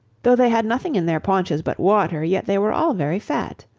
though they had nothing in their paunches but water yet they were all very fat.